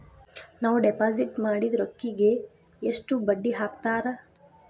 ನಾವು ಡಿಪಾಸಿಟ್ ಮಾಡಿದ ರೊಕ್ಕಿಗೆ ಎಷ್ಟು ಬಡ್ಡಿ ಹಾಕ್ತಾರಾ?